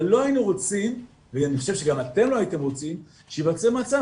אבל לא היינו רוצים ואני חושב שגם אתם לא הייתם רוצים שייווצר מצב